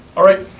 all right,